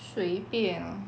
随便